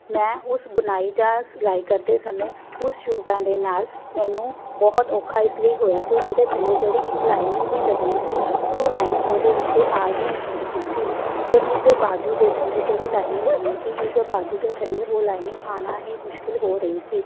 ਮੈਂ ਉਸ ਬੁਣਾਈ ਜਾਂ ਸਿਲਾਈ ਕਰਦੇ ਸਮੇਂ ਉਸ ਚੁੰਨਟਾਂ ਦੇ ਨਾਲ ਮੈਨੂੰ ਬਹੁਤ ਔਖਾ ਇਸ ਲਈ ਹੋਇਆ ਕਿ ਉਹਦੇ ਥੱਲੇ ਜਿਹੜੀ ਇੱਕ ਲਾਈਨਿੰਗ ਵੀ ਲੱਗਣੀ ਸੀ ਉਹ ਲਾਈਨਿੰਗ ਉਹਦੇ ਉੱਤੇ ਆ ਹੀ ਨਹੀਂ ਰਹੀ ਸੀ ਅਤੇ ਉਸਦੇ ਬਾਜੂ ਦੇ ਥੱਲੇ ਜਿਹੜੀ ਲਾਈਨਿੰਗ ਲੱਗਣੀ ਸੀ ਉਸ ਦੇ ਬਾਜੂ ਦੇ ਥੱਲੇ ਉਹ ਲਾਈਨਿੰਗ ਆਉਣਾ ਹੀ ਮੁਸ਼ਕਿਲ ਹੋ ਰਹੀ ਸੀ